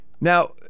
Now